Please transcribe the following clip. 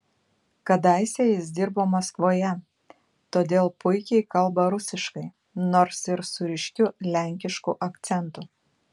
kadaise jis dirbo maskvoje todėl puikiai kalba rusiškai nors ir su ryškiu lenkišku akcentu